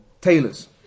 tailors